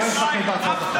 סגן השר, בוא נתמקד בהצעת החוק.